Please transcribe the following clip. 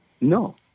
No